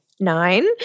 nine